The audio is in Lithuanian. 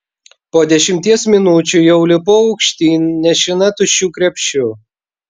po dešimties minučių jau lipau aukštyn nešina tuščiu krepšiu